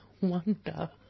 Wonder